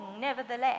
nevertheless